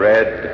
Red